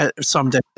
someday